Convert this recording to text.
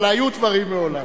אבל היו דברים מעולם.